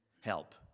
help